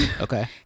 Okay